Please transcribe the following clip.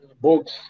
books